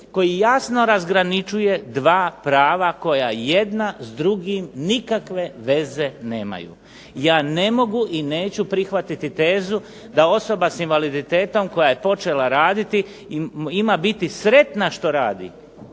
koji jasno razgraničuje dva prava koja jedna s drugim nikakve veze nemaju. Ja ne mogu i neću prihvatiti tezu da osoba s invaliditetom koja je počela raditi ima biti sretna što radi